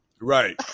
Right